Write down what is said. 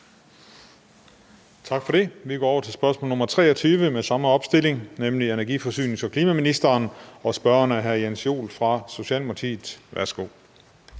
Tak for det. Vi går over til spørgsmål nr. 23 med samme opstilling, nemlig energi-, forsynings- og klimaministeren, og spørgeren er hr. Jens Joel fra Socialdemokratiet. Kl.